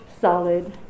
solid